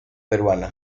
peruana